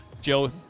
Joe